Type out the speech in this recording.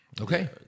Okay